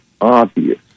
obvious